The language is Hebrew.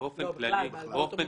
באופן כללי.